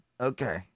okay